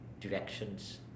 directions